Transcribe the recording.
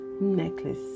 necklace